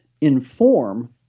inform